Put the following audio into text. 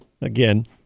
Again